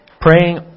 Praying